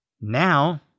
Now